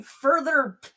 further